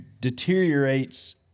deteriorates